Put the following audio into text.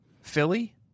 Philly